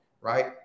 right